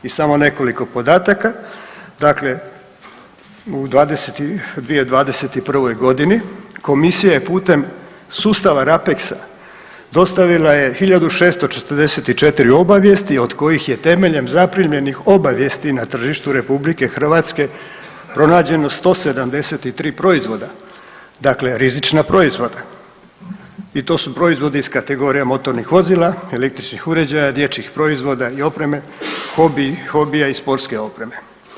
I samo nekoliko podataka, dakle, u 2021. godini komisija je putem sustava RAPEX-a dostavila je 1644 obavijesti od kojih je temeljem zapremljenih obavijesti na tržištu RH pronađeno 173 proizvoda, dakle, rizična proizvoda, i to su proizvodi iz kategorije motornih vozila, električnih uređaja, dječjih proizvoda i opreme, hobi i hobija i sportske opreme.